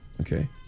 okay